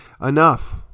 enough